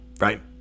right